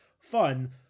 Fun